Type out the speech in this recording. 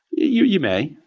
you you may.